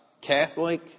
Catholic